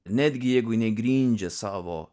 netgi jeigu negrindžia savo